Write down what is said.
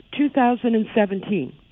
2017